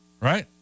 right